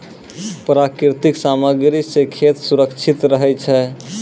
प्राकृतिक सामग्री सें खेत सुरक्षित रहै छै